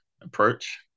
approach